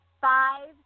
five